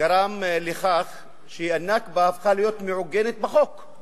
גרם לכך שה"נכבה" הפכה להיות מעוגנת בחוק.